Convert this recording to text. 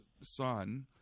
son